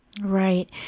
Right